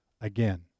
again